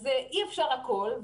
אי אפשר הכול.